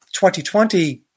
2020